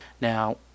Now